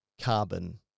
carbon